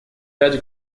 пять